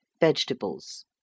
vegetables